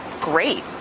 great